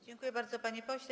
Dziękuję bardzo, panie pośle.